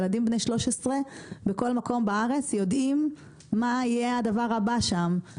ילדים בני 13 בכל מקום בארץ יודעים מה יהיה הדבר הבא שם,